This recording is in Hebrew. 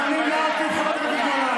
סדרנים, נא להוציא את חברת הכנסת גולן.